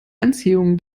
anziehung